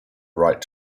right